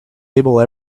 able